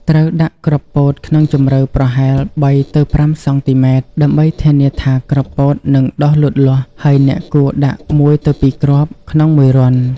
ត្រូវដាក់គ្រាប់ពោតក្នុងជម្រៅប្រហែល ៣-៥ សង់ទីម៉ែត្រ ដើម្បីធានាថាគ្រាប់ពោតនឹងដុះលូតលាស់ ហើយអ្នកគួរដាក់ ១ ទៅ ២ គ្រាប់ ក្នុងមួយរន្ធ។